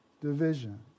division